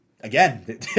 Again